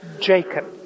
Jacob